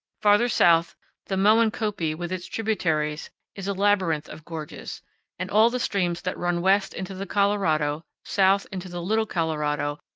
farther south the moencopie with its tributaries is a labyrinth of gorges and all the streams that run west into the colorado, south into the little colorado,